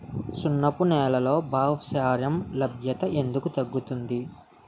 సున్నపు నేలల్లో భాస్వరం లభ్యత ఎందుకు తగ్గుతుంది?